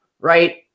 Right